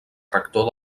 rector